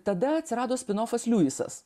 tada atsirado spinofas liujisas